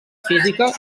física